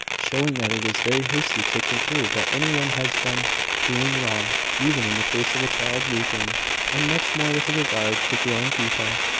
showing that it is very hasty to conclude that any one has been doing wrong, even in the case of a child's weeping and much more with regard to grown people.